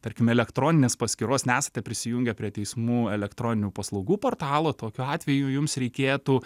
tarkim elektroninės paskyros nesate prisijungę prie teismų elektroninių paslaugų portalo tokiu atveju jums reikėtų